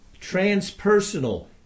transpersonal